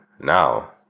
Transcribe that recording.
now